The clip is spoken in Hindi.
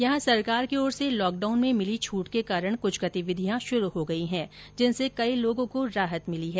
यहां सरकार की ओर से लॉकडाउन में मिली छूट के कारण कुछ गतिविधियां शुरू हो गयी है जिनसे कई लोगों को राहत मिली है